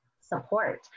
support